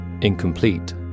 incomplete